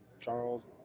Charles